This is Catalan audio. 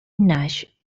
naix